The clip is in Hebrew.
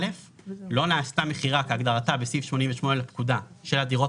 לא נעשתה מכירה כהגדרתה בסעיף 88 לפקודה של הדירות